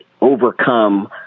overcome